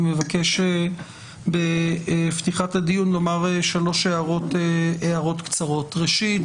אני מבקש בפתיחת הדיון לומר שלוש הערות קצרות: ראשית,